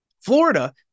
Florida